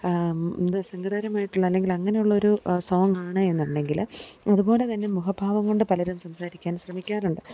എന്ത് സങ്കടകരമായിട്ടുള്ള അല്ലെങ്കിലങ്ങനെയുള്ളൊരു സോങ്ങാണ് എന്നുണ്ടെങ്കിൽ അതുപോലെതന്നെ മുഖഭാവം കൊണ്ട് പലരും സംസാരിക്കാൻ ശ്രമിക്കാറുണ്ട്